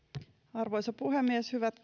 arvoisa puhemies hyvät